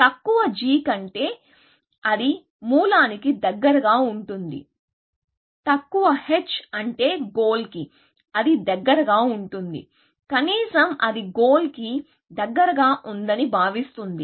తక్కువ g అంటే అది మూలానికి దగ్గరగా ఉంటుంది తక్కువ h అంటే గోల్ కి అది దగ్గరగా ఉంటుంది కనీసం అది గోల్ కి దగ్గరగా ఉందని భావిస్తుంది